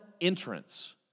entrance